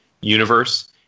universe